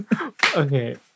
Okay